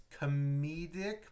comedic